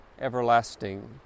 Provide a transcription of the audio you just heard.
everlasting